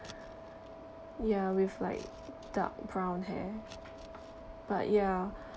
ya with like dark brown hair but ya